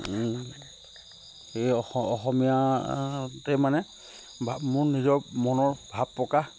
সেই অ অসমীয়তে মানে মোৰ নিজৰ মনৰ ভাৱ প্ৰকাশ